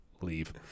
leave